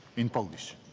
in polish.